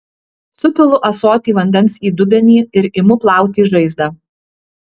supilu ąsotį vandens į dubenį ir imu plauti žaizdą